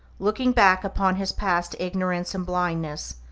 looking back upon his past ignorance and blindness,